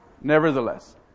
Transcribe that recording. Nevertheless